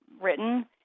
written